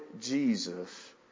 jesus